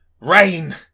rain